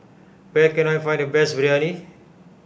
where can I find the best Biryani